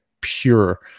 pure